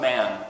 Man